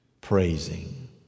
praising